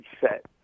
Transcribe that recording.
set